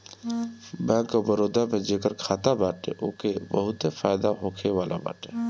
bank of Baroda में जेकर खाता बाटे ओके बहुते फायदा होखेवाला बाटे